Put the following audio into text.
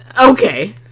Okay